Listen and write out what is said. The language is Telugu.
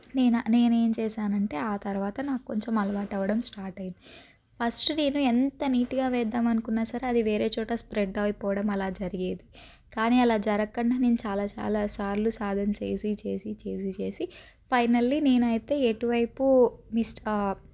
నేనా నేనేం చేశాను అంటే ఆ తర్వాత నాకు కొంచెం అలవాటు అవ్వడం స్టార్ట్ అయింది ఫస్ట్ నేను ఎంత నీటుగా వేద్దాం అనుకున్నా సరే అది వేరే చోట స్ప్రెడ్ అయిపోవడం అలా జరిగేది కానీ అలా జరగకుండా నేను చాలా చాలా సార్లు సాధన చేసి చేసి చేసి చేసి ఫైనల్లీ నేను అయితే ఎటువైపు మిస్